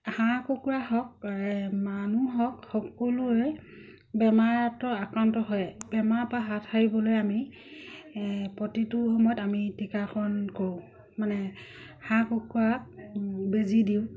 হাঁহ কুকুৰা হওক মানুহ হওক সকলোৱে বেমাৰত আক্ৰান্ত হয় বেমাৰৰ পৰা হাত সাৰিবলৈ আমি প্ৰতিটো সময়ত আমি টীকাকৰণ কৰোঁ মানে হাঁহ কুকুৰাক বেজী দিওঁ